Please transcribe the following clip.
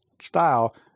style